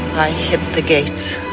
i hit the gates